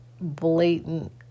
blatant